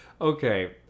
okay